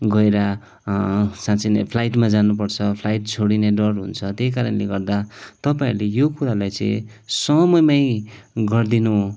गएर साँच्ची नै फ्लाइटमा जानुपर्छ फ्लाइट छोडिने डर हुन्छ त्यही कारणले गर्दा तपाईँहरूले यो कुरालाई चाहिँ समयमै गरिदिनु